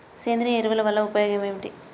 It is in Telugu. సేంద్రీయ ఎరువుల వల్ల ఉపయోగమేమిటీ?